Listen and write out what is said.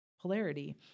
polarity